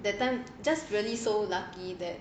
that time just really so lucky that